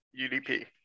UDP